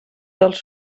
dels